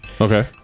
okay